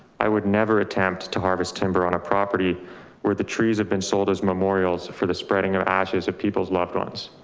i would never attempt to harvest timber on a property where the trees have been sold as memorials for the spreading of ashes of people's loved ones.